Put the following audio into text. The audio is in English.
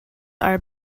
are